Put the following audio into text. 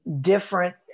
different